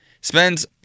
spends